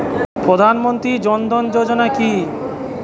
প্রধান মন্ত্রী জন ধন যোজনা কি?